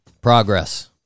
Progress